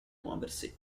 muoversi